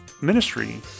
ministry